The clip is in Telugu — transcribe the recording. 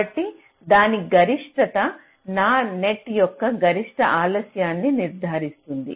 కాబట్టి దాని గరిష్టత నా నెట్ యొక్క గరిష్ట ఆలస్యాన్ని నిర్ణయిస్తుంది